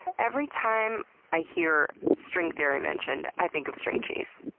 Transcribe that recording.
every time i hear string theory mentioned, i think of string cheese.